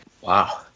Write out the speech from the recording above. wow